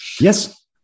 Yes